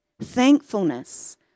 thankfulness